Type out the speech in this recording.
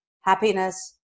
happiness